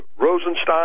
Rosenstein